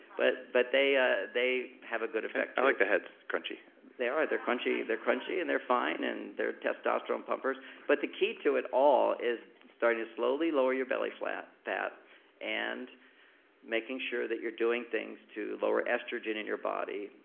but but they ah they have a good effect i like the heads. crunchy they are. they're crunchy they're crunchy and they're fine and they're testosterone pumpers but the key to it all is starting to slowly lower your belly fat and making sure you're doing things to lower estrogen in your body.